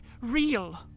real